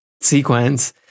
sequence